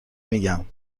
میگم